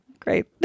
Great